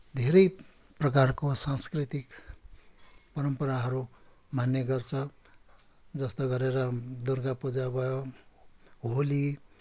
धेरै प्रकारको सांस्कृतिक परम्पराहरू मान्ने गर्छ जस्तो गरेर दुर्गा पुजा भयो होली